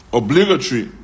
obligatory